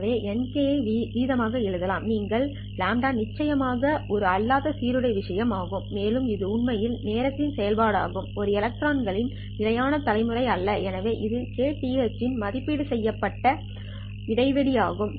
எனவே Nk ஐ வீதமாக எழுதலாம் இங்கு λ நிச்சயமாக ஒரு அல்லாத சீருடை விஷயம் ஆகும் மேலும் இது உண்மையில் நேரத்தின் செயல்பாடு ஆகும் இது எலக்ட்ரான் களின் நிலையான தலைமுறை அல்ல எனவே இது kth இல் மதிப்பீடு செய்யப்பட வேண்டிய இடைவெளி ஆகும்